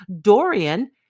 Dorian